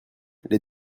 les